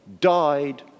died